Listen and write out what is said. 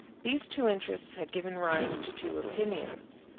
these two interests had given rise to two opinions.